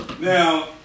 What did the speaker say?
Now